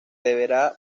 deberá